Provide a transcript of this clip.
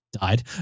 Died